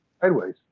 Sideways